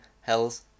Hells